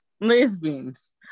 Lesbians